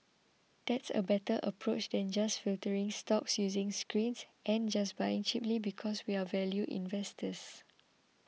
that's a better approach than just filtering stocks using screens and just buying cheaply because we're value investors